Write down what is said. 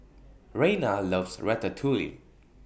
Rayna loves Ratatouille